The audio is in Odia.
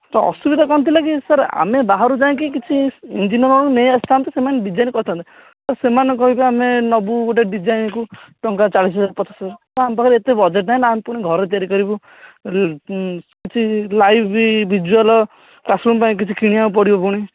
ତ ଅସୁବିଧା କ'ଣ ଥିଲା କି ସାର୍ ଆମେ ବାହାରୁ ଯାଇକି କିଛି ଇଞ୍ଜିନିୟରମାନଙ୍କୁ ନେଇଆସି ଥାଆନ୍ତୁ ସେମାନେ ଡିଜାଇନ୍ କରିଥାନ୍ତେ ସୋମାନେ କହିବେ ଆମେ ନେବୁ ଗୋଟେ ଡିଜାଇନ୍କୁ ଟଙ୍କା ଚାଳିଶହଜାର ପଚାଶହଜାର ତ ଆମ ପାଖରେ ଏତେ ବଜେଟ୍ ନାହିଁ ନା ଆମେ ପୁଣି ଘର ତିଆରି କରିବୁ ସେ ଲାଇଭ୍ ଭିଜୁଆଲ୍ ତା ସାଙ୍ଗକୁ କିଛି କିଣିବାକୁ ପଡ଼ିବ ପୁଣି